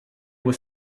were